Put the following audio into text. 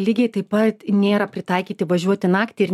lygiai taip pat nėra pritaikyti važiuoti naktį ir